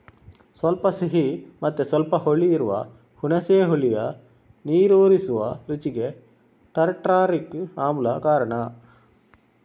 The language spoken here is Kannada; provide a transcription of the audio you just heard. ಸ್ವಲ್ಪ ಸಿಹಿ ಮತ್ತೆ ಸ್ವಲ್ಪ ಹುಳಿ ಇರುವ ಹುಣಸೆ ಹುಳಿಯ ನೀರೂರಿಸುವ ರುಚಿಗೆ ಟಾರ್ಟಾರಿಕ್ ಆಮ್ಲ ಕಾರಣ